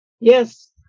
Yes